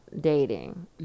Dating